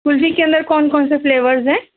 کلفی کے اندر کون کون سے فلیورز ہیں